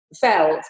felt